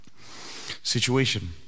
situation